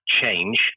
change